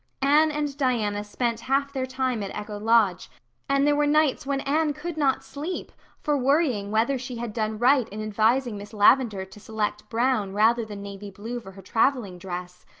anne and diana spent half their time at echo lodge and there were nights when anne could not sleep for wondering whether she had done right in advising miss lavendar to select brown rather than navy blue for her traveling dress,